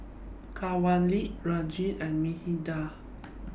Kanwaljit Rajan and Medha